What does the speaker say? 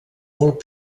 molt